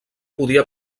podia